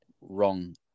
wrong